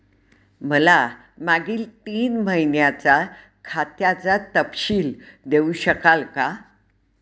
मला मागील तीन महिन्यांचा खात्याचा तपशील देऊ शकाल का?